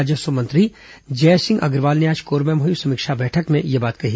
राजस्व मंत्री जयसिंह अग्रवाल ने आज कोरबा में हुई समीक्षा बैठक में यह बात कही